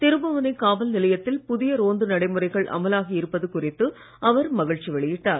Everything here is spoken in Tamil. திருபுவனை காவல் நிலையத்தில் புதிய ரோந்து நடைமுறைகள் அமலாகி இருப்பது குறித்து அவர் மகிழ்ச்சி வெளியிட்டார்